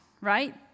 right